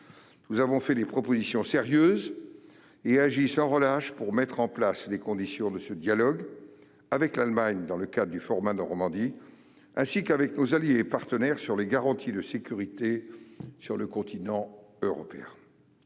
Nous avons fait des propositions sérieuses et agi sans relâche pour mettre en place les conditions de ce dialogue, avec l'Allemagne dans le cas du format Normandie, ainsi qu'avec nos alliés et partenaires sur les garanties de sécurité sur le continent européen.